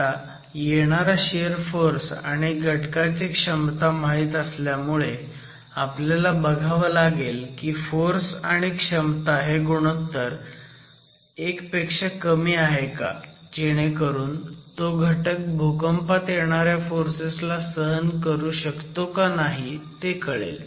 आता येणारा shear force आणि घटकाची क्षमता माहीत असल्यामुळे आपल्याला बघावं लागेल की फोर्स आणि क्षमता हे गुणोत्तर 1 पेक्षा कमी आहे का जेणेकरून तो घटक भूकंपात येणाऱ्या फोर्सेस ला सहन करू शकतो का नाही ते कळेल